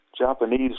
Japanese